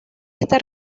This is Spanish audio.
esta